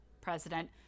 president